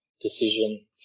decision